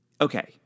okay